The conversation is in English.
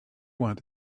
want